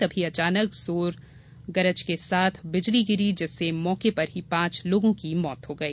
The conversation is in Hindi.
तभी अचानक जोर गरज के साथ बिजली गिरी जिससे मौके पर ही पांच लोगों की मौत हो गई